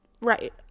right